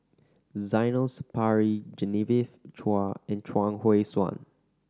Zainal Sapari Genevieve Chua and Chuang Hui Tsuan